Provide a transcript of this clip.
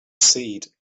seed